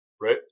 right